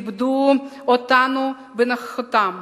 כיבדו אותנו בנוכחותם